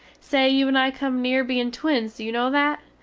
say, you and i come near bein twins do you no that?